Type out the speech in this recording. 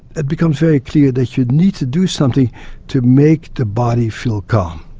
it becomes very clear that you need to do something to make the body feel calm.